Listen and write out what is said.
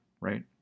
right